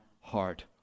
heart